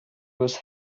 was